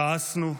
כעסנו,